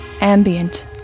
ambient